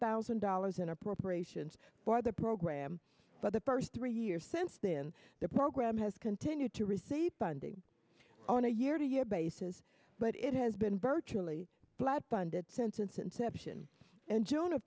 thousand dollars in appropriations for the program for the first three years since then the program has continued to receive funding on a year to year basis but it has been virtually flat funded sentence inception in june of